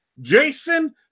Jason